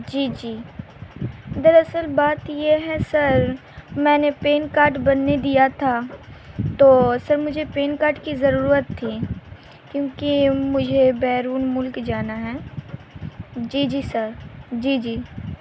جی جی دراصل بات یہ ہے سر میں نے پین کارڈ بننے دیا تھا تو سر مجھے پین کارڈ کی ضرورت تھی کیونکہ مجھے بیرون ملک جانا ہے جی جی سر جی جی